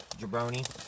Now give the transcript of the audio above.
Jabroni